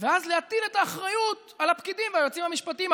ואז להטיל את האחריות על הפקידים והיועצים המשפטיים.